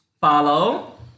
Follow